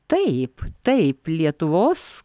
taip taip lietuvos